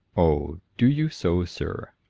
o, do you so, sir?